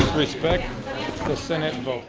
respectful the senate vote.